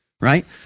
right